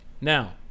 Now